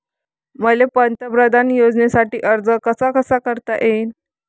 मले पंतप्रधान योजनेसाठी अर्ज कसा कसा करता येईन?